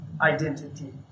Identity